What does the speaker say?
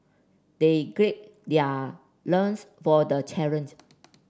they grade their loins for the challenge